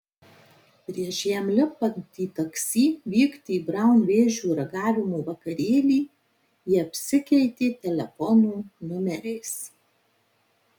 prieš jam lipant į taksi vykti į braun vėžių ragavimo vakarėlį jie apsikeitė telefonų numeriais